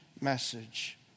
message